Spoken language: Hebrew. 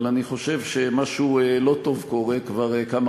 אבל אני חושב שמשהו לא טוב קורה כבר כמה